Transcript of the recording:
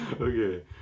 okay